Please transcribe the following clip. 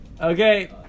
Okay